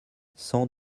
cent